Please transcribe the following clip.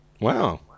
Wow